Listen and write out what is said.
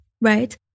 right